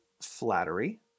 flattery